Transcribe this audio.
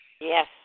Yes